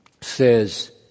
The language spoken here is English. says